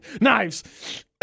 Knives